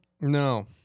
No